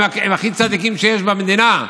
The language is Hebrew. הם הכי צדיקים שיש במדינה,